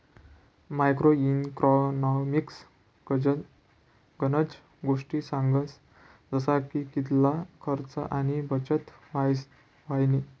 macro economics गनज गोष्टी सांगस जसा की कितला खर्च आणि बचत व्हयनी